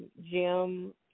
Jim